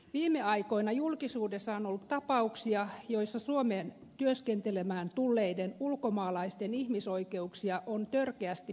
viime aikoina julkisuudessa on ollut tapauksia joissa suomeen työskentelemään tulleiden ulkomaalaisten ihmisoikeuksia on törkeästi poljettu